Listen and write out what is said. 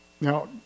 Now